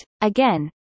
Again